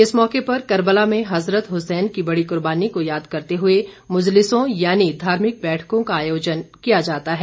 इस मौके पर कर्बला में हजरत हुसैन की बड़ी कुर्बानी को याद करते हुए मजलिसों यानी धार्मिक बैठकों का आयोजन किया जाता है